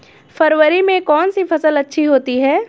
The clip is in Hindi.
फरवरी में कौन सी फ़सल अच्छी होती है?